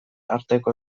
arteko